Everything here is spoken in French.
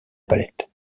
palette